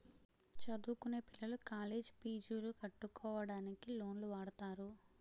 చదువుకొనే పిల్లలు కాలేజ్ పీజులు కట్టుకోవడానికి లోన్లు వాడుతారు